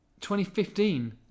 2015